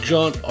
John